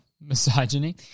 misogyny